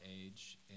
age